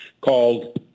called